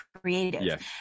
creative